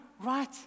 right